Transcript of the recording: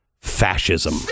fascism